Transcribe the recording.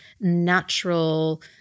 natural